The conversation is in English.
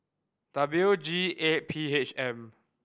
W G eight P H M